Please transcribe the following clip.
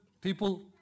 people